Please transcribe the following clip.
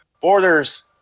borders